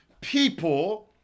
People